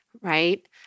right